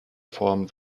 vorhaben